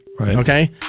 okay